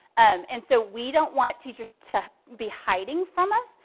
um and so we don't want teachers to be hiding from us.